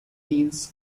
means